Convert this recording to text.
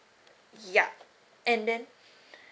ya and then